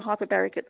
hyperbaric